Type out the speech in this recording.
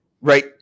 right